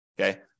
okay